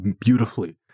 beautifully